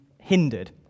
hindered